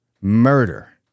murder